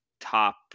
top